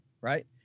right